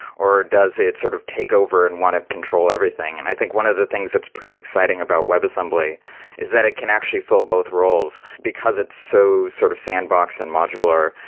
or does it sort of take over and want to control everything and i think one of the things that's pretty exciting about webassembly is that it can actually fill both roles. because it's so sort of sandboxed and modular,